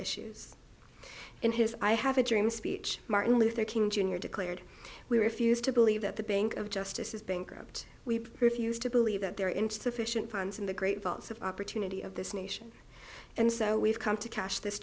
issues in his i have a dream speech martin luther king jr declared we refuse to believe that the bank of justice is bankrupt we refuse to believe that there are insufficient funds in the great vaults of opportunity of this nation and so we've come to cash this